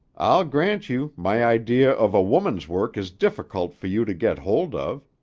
i'll grant you, my idea of a woman's work is difficult for you to get hold of.